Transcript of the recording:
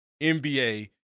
NBA